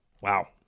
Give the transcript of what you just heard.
Wow